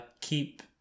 keep